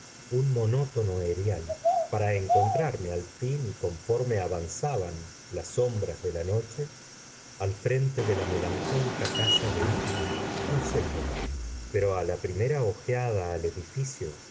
un monótono erial para encontrarme al fin conforme avanzaban las sombras de la noche al frente de la melancólica casa de úsher no sé por qué pero a la primera ojeada al edificio